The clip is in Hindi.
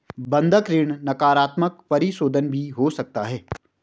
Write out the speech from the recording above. बंधक ऋण नकारात्मक परिशोधन भी हो सकता है